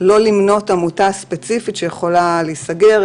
לא למנות עמותה ספציפית שיכולה להיסגר,